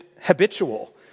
habitual